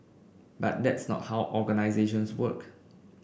but that's not how organisations work